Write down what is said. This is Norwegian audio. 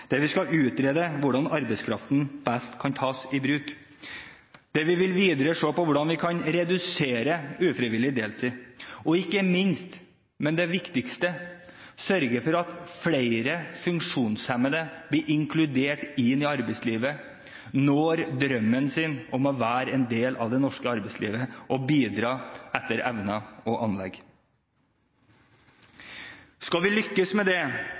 vi skal utrede hvordan arbeidskraften best kan tas i bruk, der vi videre vil se på hvordan vi kan redusere ufrivillig deltid, og ikke minst, og det viktigste, sørge for at flere funksjonshemmede blir inkludert i arbeidslivet og når drømmen om å være en del av det norske arbeidslivet og bidra etter evner og anlegg. Skal vi lykkes med det,